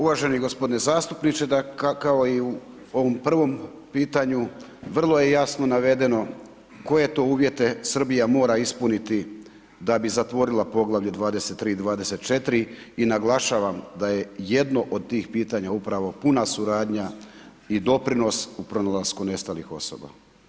Uvaženi gospodine zastupniče, kao i u ovom prvom pitanju vrlo je jasno navedeno koje to uvjete Srbija mora ispuniti da bi zatvorila Poglavlje 23. i 24. i naglašavam da je jedno od tih pitanja upravo puna suradnja i doprinos u pronalasku nestalih osoba.